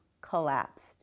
collapsed